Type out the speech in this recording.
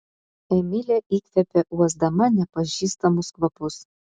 emilė įkvėpė uosdama nepažįstamus kvapus